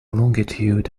longitude